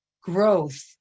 growth